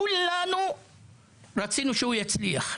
כולנו רצינו שזה יצליח,